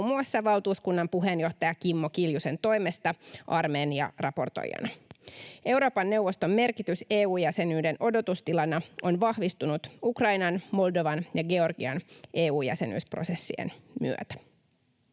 valtuuskunnan puheenjohtajan Kimmo Kiljusen toimesta Armenia-raportoijana. Euroopan neuvoston merkitys EU-jäsenyyden odotustilana on vahvistunut Ukrainan, Moldovan ja Georgian EU-jäsenyysprosessien myötä.